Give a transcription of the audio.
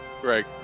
Greg